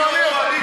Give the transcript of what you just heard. זה לא אני, אבל.